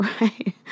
right